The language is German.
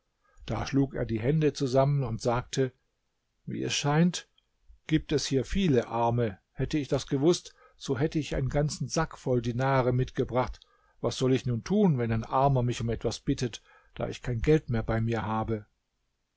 da schlug er die hände zusammen und sagte wie es scheint gibt es hier viele arme hätte ich das gewußt so hätte ich einen ganzen sack voll dinare mitgebracht was soll ich nun tun wenn ein armer mich um etwas bittet da ich kein geld mehr bei mir habe